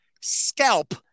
scalp